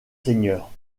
seigneurs